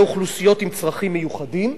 לאוכלוסיות עם צרכים מיוחדים.